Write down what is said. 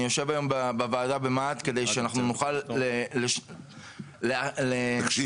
אני יושב היום בוועדות כדי שנוכל להפוך --- תקשיב,